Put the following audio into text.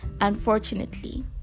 unfortunately